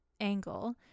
angle